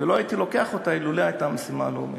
ולא הייתי לוקח אותה אילולא הייתה משימה לאומית.